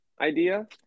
idea